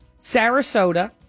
Sarasota